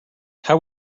how